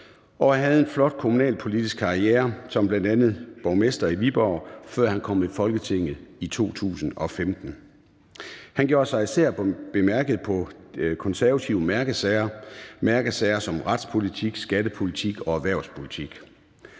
og han havde en flot kommunalpolitisk karriere som bl.a. borgmester i Viborg, før han kom i Folketinget i 2015. Her gjorde han sig især bemærket på konservative mærkesager – mærkesager som retspolitik, skattepolitik og erhvervspolitik.